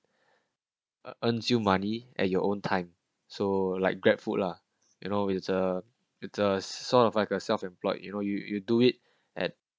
earns you money at your own time so like grab food lah you know it's a it's a sort of like a self employed you know you you do it at